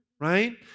right